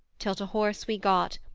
till to horse we got,